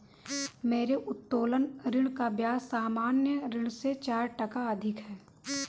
मेरे उत्तोलन ऋण का ब्याज सामान्य ऋण से चार टका अधिक है